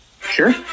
Sure